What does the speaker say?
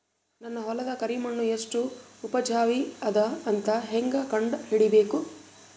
ನನ್ನ ಹೊಲದ ಕರಿ ಮಣ್ಣು ಎಷ್ಟು ಉಪಜಾವಿ ಅದ ಅಂತ ಹೇಂಗ ಕಂಡ ಹಿಡಿಬೇಕು?